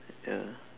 ya